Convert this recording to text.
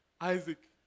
Isaac